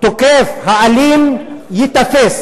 שהתוקף האלים ייתפס